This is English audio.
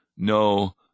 no